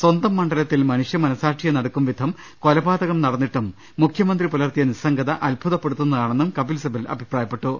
സ്വന്തം മണ്ഡലത്തിൽ മനുഷ്യ മനസ്റ്റാക്ഷിയെ നടുക്കുംവിധം കൊലപാതകം നടന്നിട്ടും മുഖ്യ മന്ത്രി പുലർത്തിയ നിസ്സംഗത അത്ഭുതപ്പെടുത്തുന്നതാ ണെന്നും കപിൽ സിബൽ അഭിപ്രായപ്പെട്ടു